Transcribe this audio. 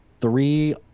three